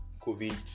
COVID